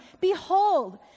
Behold